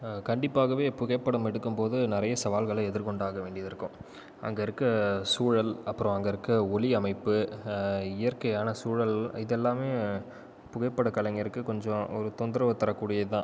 கண்டிப்பாகவே புகைப்படம் எடுக்கும் போது நிறைய சவால்களை எதிர்க்கொண்டு அக வேண்டியது இருக்கும் அங்கே இருக்கிற சூழல் அப்புறம் அங்கே இருக்கிற ஒளி அமைப்பு இயற்கையான சூழல் இதெல்லாமே புகைப்படக் கலைஞர்க்கு கொஞ்சம் ஒரு தொந்தரவு தரக்கூடியது தான்